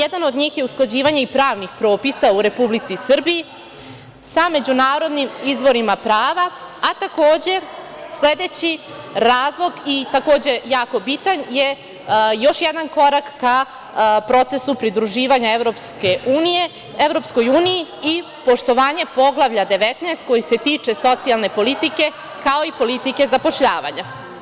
Jedan od njih je usklađivanje pravnih propisa u Republici Srbiji sa međunarodnim izvorima prava, a takođe, sledeći razlog i takođe jako bitan je još jedan korak ka procesu pridruživanja EU i poštovanje Poglavlja 19, koje se tiče socijalne politike, kao i politike zapošljavanja.